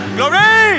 Glory